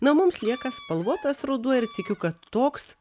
na mums lieka spalvotas ruduo ir tikiu kad toks